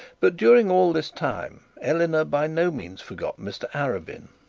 but during all this time eleanor by no means forgot mr arabin,